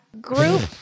group